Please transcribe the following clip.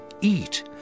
eat